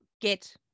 get